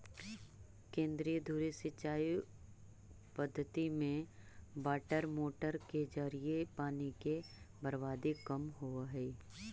केंद्रीय धुरी सिंचाई पद्धति में वाटरमोटर के जरिए पानी के बर्बादी कम होवऽ हइ